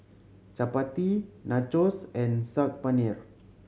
Chapati Nachos and Saag Paneer